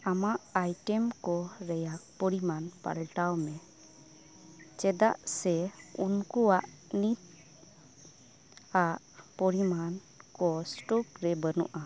ᱟᱢᱟᱜ ᱟᱭᱴᱮᱢᱠᱩ ᱞᱟᱹᱭᱟ ᱯᱚᱨᱤᱢᱟᱱᱱ ᱯᱟᱞᱴᱟᱣᱢᱮ ᱪᱮᱫᱟᱜᱥᱮ ᱩᱱᱠᱩᱣᱟᱜ ᱱᱤᱠ ᱟᱨ ᱯᱚᱨᱤᱢᱟᱱ ᱠᱩ ᱥᱴᱚᱠ ᱨᱮ